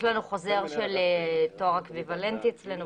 יש לנו חוזר של תואר אקוויוולנטי אצלנו.